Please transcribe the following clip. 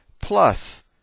Plus